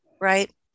right